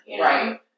right